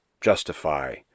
justify